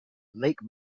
lake